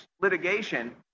litigation